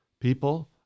people